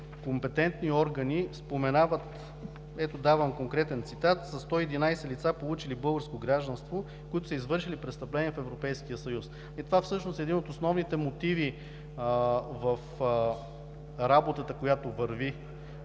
компетентни органи споменават, давам конкретен цитат „…11 лица, получили българско гражданство, които са извършили престъпления в Европейския съюз“. И това всъщност е един от основните мотиви в работата, която върви,